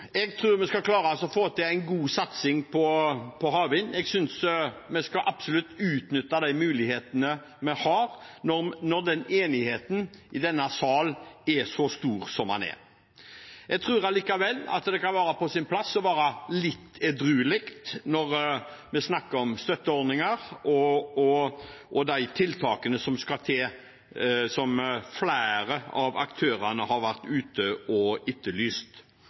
Jeg tror vi skal klare å få til en god satsing på havvind. Jeg synes vi absolutt skal utnytte de mulighetene vi har når enigheten i denne salen er så stor som den er. Jeg tror allikevel det kan være på sin plass å være litt edruelig når vi snakker om støtteordninger og de tiltakene som skal til, som flere av aktørene har vært ute og etterlyst.